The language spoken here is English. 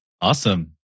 Awesome